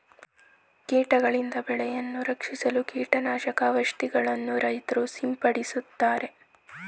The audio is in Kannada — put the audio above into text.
ಕೀಟಗಳಿಂದ ಬೆಳೆಯನ್ನು ರಕ್ಷಿಸಲು ಕೀಟನಾಶಕ ಔಷಧಿಗಳನ್ನು ರೈತ್ರು ಸಿಂಪಡಿಸುತ್ತಾರೆ